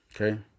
okay